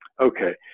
Okay